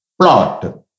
plot